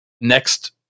next